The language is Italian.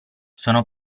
sono